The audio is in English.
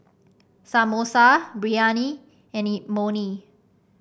Samosa Biryani and Imoni